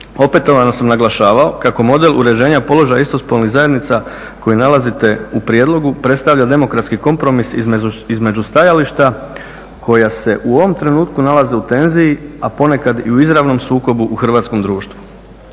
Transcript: opetovano sam naglašavao kako model uređenja položaja istospolnih zajednica koje nalazite u prijedlogu predstavlja demokratski kompromis između stajališta koja se u ovom trenutku nalaze u tenziji, a ponekad i u izravnom sukobu u hrvatskom društvu.